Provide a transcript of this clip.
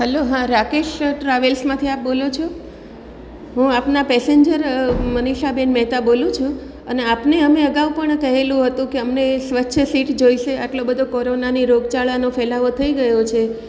hello હા રાકેશ ટ્રાવેલ્સમાંથી આપ બોલો છો હું આપના પેસેન્જર મનિષાબેન મેહતા બોલું છું અને આપને અમે અગાઉ પણ કહેલું હતું કે અમને સ્વચ્છ સીટ જોઇશે આટલો બધો કોરોના ને રોગચાળાનો ફેલાવો થઈ ગયો છે